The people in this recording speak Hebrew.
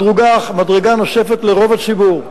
מדרגה נוספת, לרוב הציבור,